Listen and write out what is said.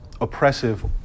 oppressive